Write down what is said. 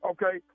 Okay